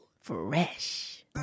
Fresh